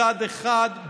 מצד אחד,